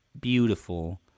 beautiful